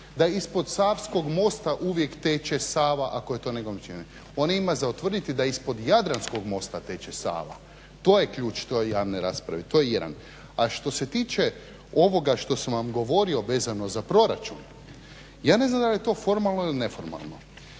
da ispod savskog mosta uvijek teče Sava ako je to nekome …/Govornik se ne razumije./… Ona ima za utvrditi da ispod Jadranskog mosta teče Sava. To je ključ te javne rasprave. To je jedan. A što se tiče ovoga što sam vam govorio vezano za proračun ja ne znam da li je to formalno ili neformalno.